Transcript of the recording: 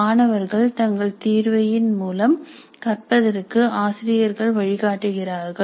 மாணவர்கள் தங்கள் தீர்வை இன் மூலம் கற்பதற்கு ஆசிரியர்கள் வழிகாட்டுகிறார்கள்